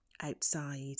outside